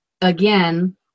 again